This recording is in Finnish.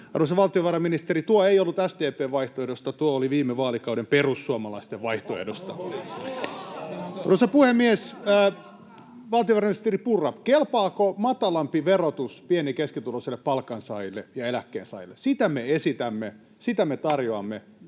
Arvoisa valtiovarainministeri, tuo ei ollut SDP:n vaihtoehdosta, tuo oli viime vaalikauden perussuomalaisten vaihtoehdosta. Arvoisa puhemies! Valtiovarainministeri Purra, kelpaako matalampi verotus pieni- ja keskituloiselle palkansaajille ja eläkkeensaajille? Sitä me esitämme, sitä me tarjoamme.